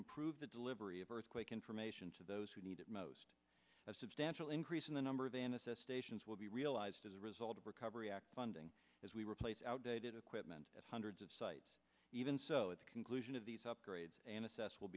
improve the delivery of earthquake information to those who need it most a substantial increase in the number of an s s stations will be realized as a result of recovery act funding as we replace outdated equipment at hundreds of sites even so its conclusion of these upgrades and assess will